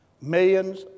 millions